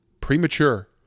premature